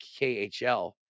KHL